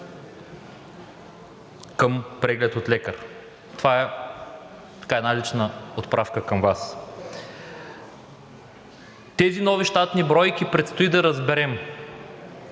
към преглед от лекар. Това е една лична поправка към Вас. За тези нови щатни бройки предстои да разберем